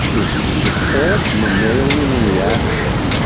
is the default mammalian reaction